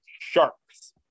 sharks